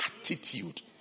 Attitude